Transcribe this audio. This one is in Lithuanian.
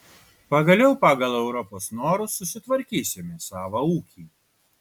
pagaliau pagal europos norus susitvarkysime savą ūkį